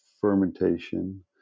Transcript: fermentation